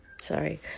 Sorry